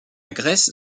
grèce